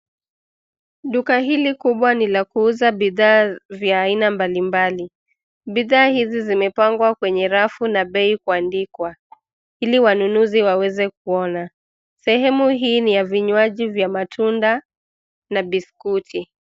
Duka hili kubwa ni la kuuza bidhaa vya aina mbalimbali. Bidhaa hizi zimepangwa kwenye rafu na bei kuandikwa, ili wanunuzi waweze kuona. Sehemu hii ni ya vinywaji vya matunda na biskuti.